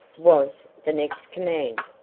was the next command,